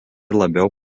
labiau